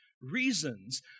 reasons